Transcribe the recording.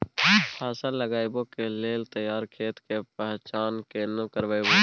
फसल लगबै के लेल तैयार खेत के पहचान केना करबै?